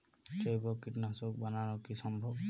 জৈব কীটনাশক বানানো কি সম্ভব?